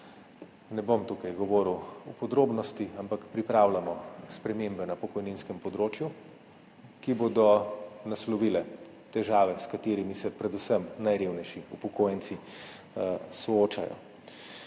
ne bom tukaj govoril o podrobnostih, ampak pripravljamo spremembe na pokojninskem področju, ki bodo naslovile težave, s katerimi se soočajo predvsem najrevnejši upokojenci. To so